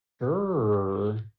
Sure